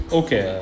okay